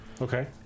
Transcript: Okay